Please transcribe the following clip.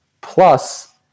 plus